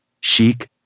Chic